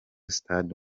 stade